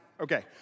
Okay